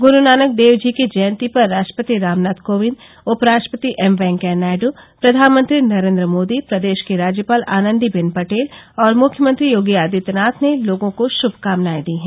गुरुनानक देव जी की जयंती पर राष्ट्रपति रामनाथ कोविंद उप राष्ट्रपति एम वेंकैया नायडू प्रधानमंत्री नरेन्द्र मोदी प्रदेश की राज्यपाल आनन्दीबेन पटेल और मुख्यमंत्री योगी आदित्यनाथ ने लोगों को शुभकामनाएं दी हैं